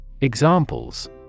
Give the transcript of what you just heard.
Examples